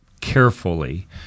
carefully